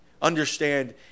Understand